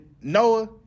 Noah